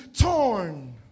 torn